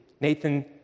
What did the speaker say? Nathan